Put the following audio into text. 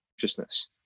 consciousness